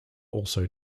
also